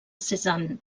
cézanne